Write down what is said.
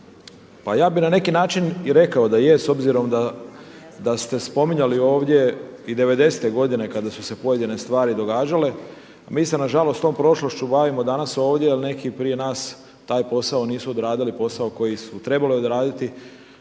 Pa ja bih na neki način i rekao da je s obzirom da ste spominjali ovdje i '90.-te godine kada su se pojedine stvari događale, a mi se na žalost tom prošlošću bavimo danas ovdje, jer neki prije nas taj posao nisu odradili, posao koji su trebali odraditi,